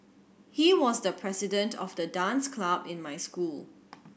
he was the president of the dance club in my school